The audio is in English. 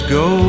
go